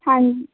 ਹਾਂਜੀ